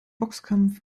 boxkampf